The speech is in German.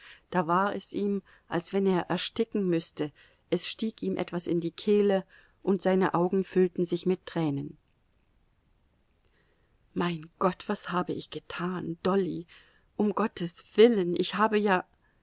da war es ihm als wenn er ersticken müßte es stieg ihm etwas in die kehle und seine augen füllten sich mit tränen mein gott was habe ich getan dolly um gottes willen ich habe ja